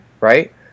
right